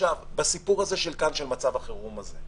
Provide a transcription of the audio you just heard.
בסיפור של מצב החירום הזה,